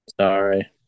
Sorry